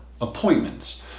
appointments